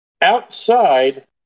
outside